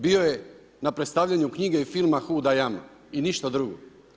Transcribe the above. Bio je na predstavljanju knjige i filma „Huda jama“ i ništa drugo.